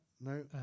no